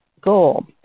goal